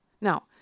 Now